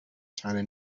china